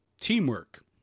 teamwork